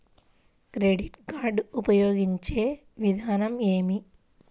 Credit card ఉపయోగించే విధానం ఏమి?